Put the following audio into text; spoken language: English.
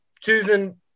Susan